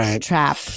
trap